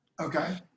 Okay